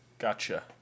Gotcha